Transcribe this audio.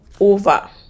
over